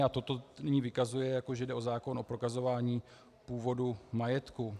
A toto nyní vykazuje, jako že jde o zákon o prokazování původu majetku.